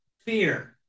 fear